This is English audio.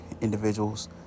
individuals